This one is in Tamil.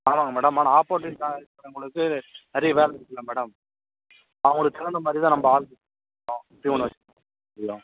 ஆமாங்க மேடம் ஆனால் ஆப்போடின்ட்டாக இருக்கிறவங்களுக்கு நிறைய வேலை இருக்கில்ல மேடம் அவங்களுக்கு தகுந்தமாதிரி தான் நம்ம ஆள் வச்சுருக்கணும் பியூன் வச்சுருக்கணும்